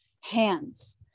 hands